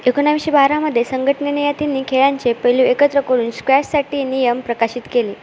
एकोणाविशे बारामध्ये संघटनेने या तिन्ही खेळांचे पैलू एकत्र करून स्क्वॅससाठी नियम प्रकाशित केले